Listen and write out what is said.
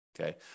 okay